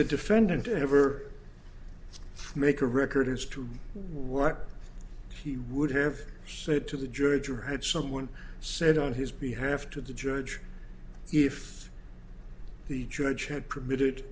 the defendant to ever make a record as to what he would have said to the judge or had someone said on his behalf to the judge if the judge had permitted